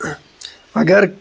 اگر